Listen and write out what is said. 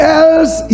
else